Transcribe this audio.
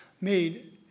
made